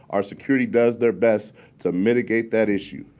our security does their best to mitigate that issue.